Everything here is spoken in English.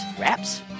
wraps